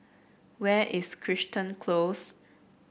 where is Crichton Close